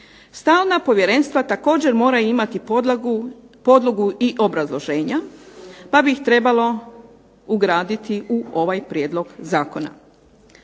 stalna povjerenstva također moraju imati podlogu i obrazloženja pa bi ih trebalo ugraditi u ovaj prijedlog zakona.